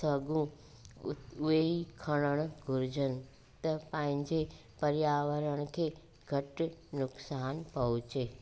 सघूं ऐं उहे ई खणणु घुरजनि त पंहिंजे पर्यावरण खे घटि नुक़सान पहुचे